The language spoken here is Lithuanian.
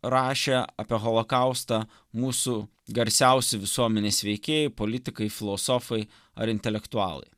rašę apie holokaustą mūsų garsiausi visuomenės veikėjai politikai filosofai ar intelektualai